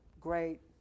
great